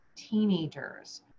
teenagers